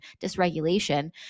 dysregulation